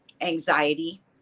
anxiety